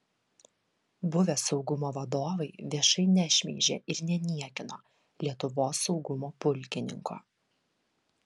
buvę saugumo vadovai viešai nešmeižė ir neniekino lietuvos saugumo pulkininko